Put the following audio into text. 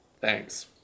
Thanks